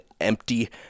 empty